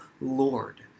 Lord